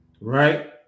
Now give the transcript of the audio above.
Right